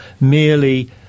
merely